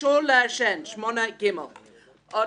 בקשר לעישון, סעיף 8(ג).